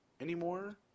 anymore